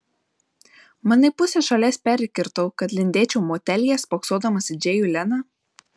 manai pusę šalies perkirtau kad lindėčiau motelyje spoksodamas į džėjų leną